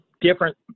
different